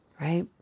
Right